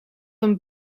een